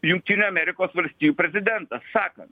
jungtinių amerikos valstijų prezidentą sakant